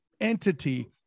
entity